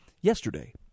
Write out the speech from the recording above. yesterday